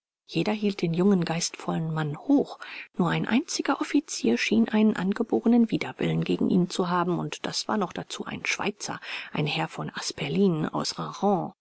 jeder hielt den jungen geistvollen mann hoch nur ein einziger offizier schien einen angeborenen widerwillen gegen ihn zu haben und das war noch dazu ein schweizer ein herr von asperlin aus